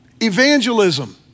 Evangelism